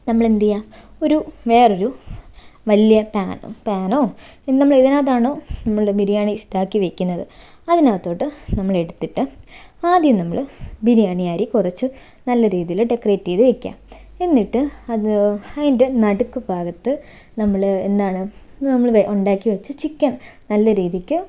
നമ്മൾ എന്ത് ചെയ്യുക ഒരു വേറെ ഒരു വലിയ പാൻ പാനോ ഇനി നമ്മൾ ഏതിനകത്താണോ നമ്മുടെ ബിരിയാണി ഇതാക്കി വയ്ക്കുന്നത് അതിനകത്തോട്ട് നമ്മളെടുത്തിട്ട് ആദ്യം നമ്മൾ ബിരിയാണി അരി കുറച്ച് നല്ല രീതിയിൽ ഡെക്കറേറ്റ് ചെയ്ത് വയ്ക്കുക എന്നിട്ട് അത് അതിൻ്റെ നടുക്ക് ഭാഗത്ത് നമ്മൾ എന്താണ് നമ്മൾ ഉണ്ടാക്കി വെച്ച ചിക്കൻ നല്ല രീതിക്ക്